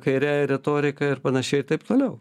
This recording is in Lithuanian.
kairiąja retorika ir panašiai ir taip toliau